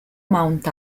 mount